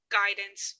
guidance